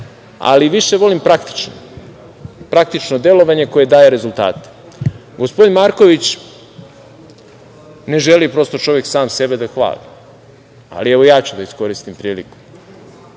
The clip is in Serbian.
ali više volim praktično delovanje koje daje rezultate. Gospodin Marković ne želi sam sebe da hvali, ali, evo, ja ću da iskoristim priliku. Pored